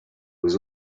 was